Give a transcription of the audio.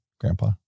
Grandpa